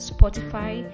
Spotify